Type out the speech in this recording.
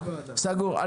סגור.